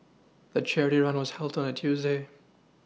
the charity run was held on a Tuesday